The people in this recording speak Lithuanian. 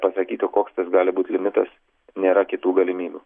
pasakyti koks tas gali būt limitas nėra kitų galimybių